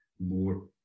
more